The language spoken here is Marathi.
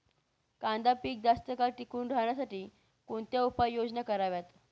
कांदा पीक जास्त काळ टिकून राहण्यासाठी कोणत्या उपाययोजना कराव्यात?